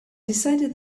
decided